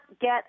get